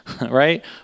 right